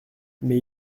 mais